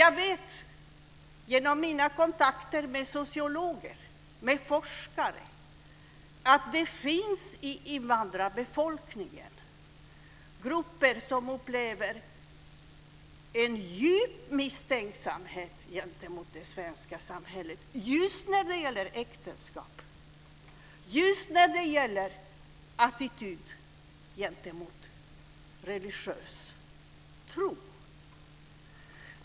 Jag vet genom mina kontakter med sociologer och forskare att det finns i invandrarbefolkningen grupper som hyser en djup misstänksamhet mot det svenska samhället just när det gäller äktenskap och attityder gentemot religiös tro.